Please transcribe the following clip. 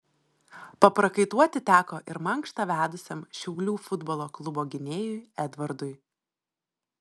paprakaituoti teko ir mankštą vedusiam šiaulių futbolo klubo gynėjui edvardui